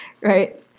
right